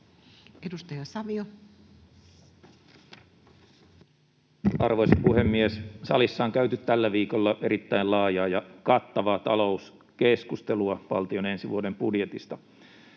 Content: Arvoisa puhemies! Salissa on käyty tällä viikolla erittäin laajaa ja kattavaa talouskeskustelua valtion ensi vuoden budjetista.